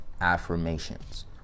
affirmations